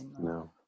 No